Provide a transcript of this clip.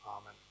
Amen